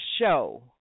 show